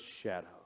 shadow